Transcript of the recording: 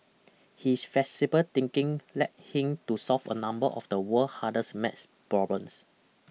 his flexible thinking led him to solve a number of the world hardest maths problems